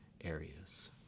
areas